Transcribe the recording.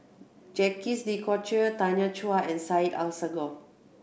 Jacques De Coutre Tanya Chua and Syed Alsagoff